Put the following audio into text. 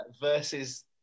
versus